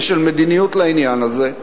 מדיניות לעניין הזה.